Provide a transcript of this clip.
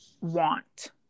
want